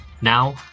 Now